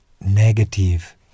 negative